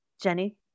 Jenny